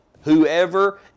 whoever